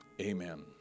Amen